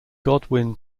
godwin